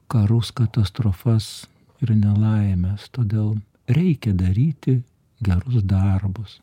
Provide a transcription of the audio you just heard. karus katastrofas ir nelaimes todėl reikia daryti gerus darbus